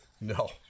No